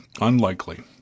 unlikely